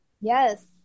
Yes